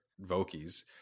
Vokies